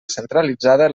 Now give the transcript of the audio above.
centralitzada